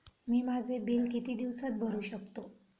मी माझे बिल किती दिवसांत भरू शकतो?